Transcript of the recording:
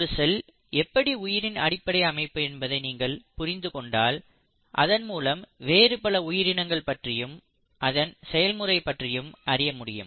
ஒரு செல் எப்படி உயிரின் அடிப்படை அமைப்பு என்பதை நீங்கள் புரிந்து கொண்டால் அதன் மூலம் வேறு பல உயிரினங்கள் பற்றியும் அதன் செயல்முறை பற்றியும் அறிய முடியும்